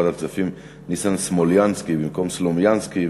ועדת הכספים ניסן סמולינסקי במקום סלומינסקי,